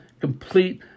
complete